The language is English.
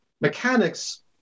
Mechanics